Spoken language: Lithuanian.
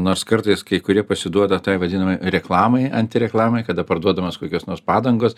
nors kartais kai kurie pasiduoda tai vadinamai reklamai antireklamai kada parduodamos kokios nors padangos